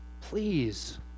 Please